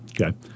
Okay